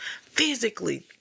physically